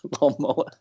lawnmower